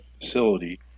facility